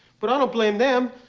but i don't blame them!